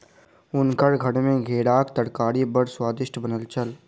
हुनकर घर मे घेराक तरकारी बड़ स्वादिष्ट बनल छल